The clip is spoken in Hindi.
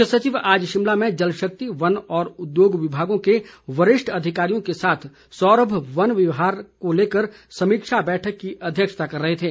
मुख्य सचिव आज शिमला में जलशक्ति वन और उद्योग विभागों के वरिष्ठ अधिकारियों के साथ सौरभ वन विहार को लेकर समीक्षा बैठक की अध्यक्षता कर रहे थे